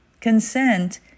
Consent